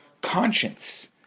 conscience